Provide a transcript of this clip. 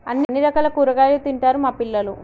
అన్ని రకాల కూరగాయలు తింటారు మా పిల్లలు